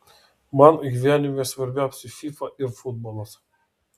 man gyvenime svarbiausia fifa ir futbolas